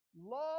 Love